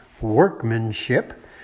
workmanship